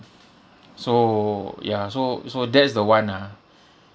so ya so so that's the one ah